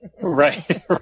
Right